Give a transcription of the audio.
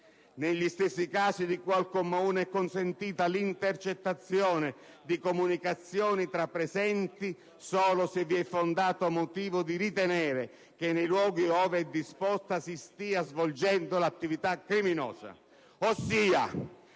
«Negli stessi casi di cui al comma 1 è consentita l'intercettazione di comunicazioni tra presenti solo se vi è fondato motivo di ritenere che nei luoghi ove è disposta si stia svolgendo l'attività criminosa».